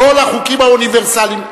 כל החוקים האוניברסליים.